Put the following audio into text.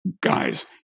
guys